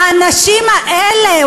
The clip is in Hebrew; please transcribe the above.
"האנשים האלה",